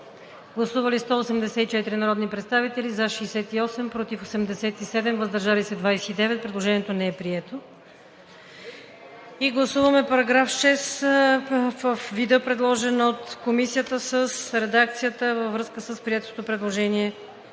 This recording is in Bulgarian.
Гласували 184 народни представители: за 68, против 87, въздържали се 29. Предложението не е прието. Гласуваме § 6 във вида, предложен от Комисията, с редакцията във връзка с приетото предложение